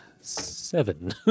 seven